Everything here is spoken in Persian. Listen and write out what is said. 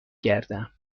گردم